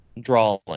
drawing